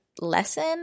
lesson